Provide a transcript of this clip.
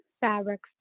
fabrics